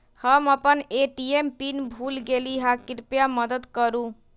हम अपन ATM pin भूल गेली ह, कृपया मदत करू